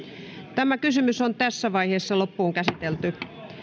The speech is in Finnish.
tämä kysymys on tässä vaiheessa loppuun käsitelty